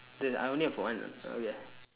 the I only have one okay